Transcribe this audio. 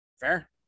Fair